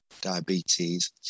diabetes